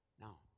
Now